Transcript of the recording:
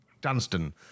Dunstan